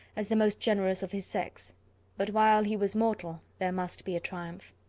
as the most generous of his sex but while he was mortal, there must be a triumph.